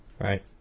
Right